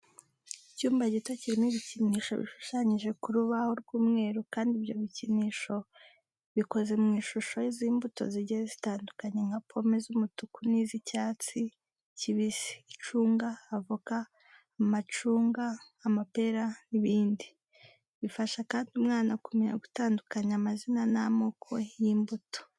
Icyumba gito kirimo ibikinisho bishushanyije ku rubaho rw'umweru kandi ibyo bikinisho bikoze mu ishusho z'imbuto zigiye zitandukanye nka pome z'umutuku n'iz'icyatsi kibisi, icunga, avoka, amacunga, amapera n'ibindi. Bifasha kandi umwana kumenya gutandukanya amazina n'amoko y'imbuto.